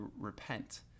repent